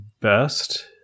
Best